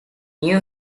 new